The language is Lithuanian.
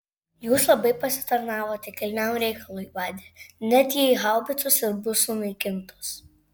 jūs labai pasitarnavote kilniam reikalui vade net jei haubicos ir bus sunaikintos